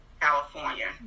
California